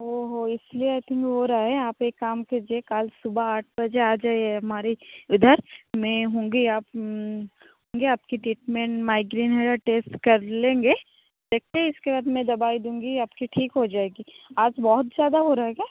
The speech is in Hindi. ओहो इस लिए आय थिंक हो रहा है आप एक काम कीजिए कल सुबह आठ बजे आ जाइए हमारे इधर मैं हूँगी आप होंगे आपकी ट्रीटमेंट माइग्रेन वग़ैरह टेस्ट कर लेंगे देखते हैं इसके बाद मैं दवाई दूँगी आपकी ठीक हो जाएगी आज बहुत ज़्यादा हो रहा है क्या